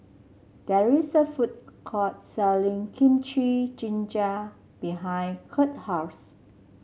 there is a food court selling Kimchi Jjigae behind Curt house